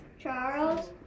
Charles